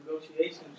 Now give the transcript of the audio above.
negotiations